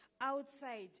outside